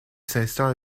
s’installe